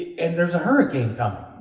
and there's a hurricane coming.